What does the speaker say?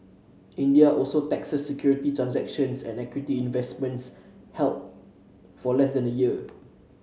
India also taxes securities transactions and equity investments held for less than a year